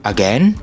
Again